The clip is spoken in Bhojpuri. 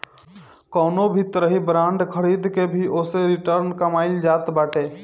कवनो भी तरही बांड खरीद के भी ओसे रिटर्न कमाईल जात बाटे